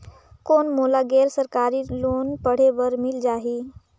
कौन मोला गैर सरकारी लोन पढ़े बर मिल जाहि?